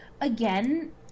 Again